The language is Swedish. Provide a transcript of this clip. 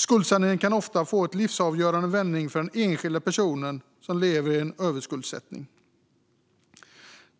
Skuldsanering kan ofta få en livsavgörande vändning för den enskilda person som lever i en överskuldsättning.